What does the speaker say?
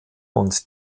und